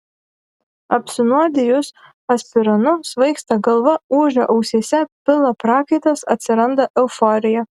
apsinuodijus aspirinu svaigsta galva ūžia ausyse pila prakaitas atsiranda euforija